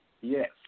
Yes